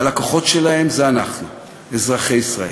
והלקוחות שלהם זה אנחנו, אזרחי ישראל.